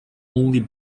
only